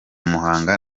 muhanga